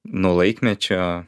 nuo laikmečio